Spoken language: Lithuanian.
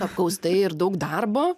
apkaustai ir daug darbo